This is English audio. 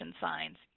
signs